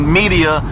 media